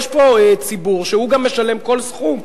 יש פה ציבור שהוא גם משלם כל סכום,